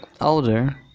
Older